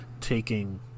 taking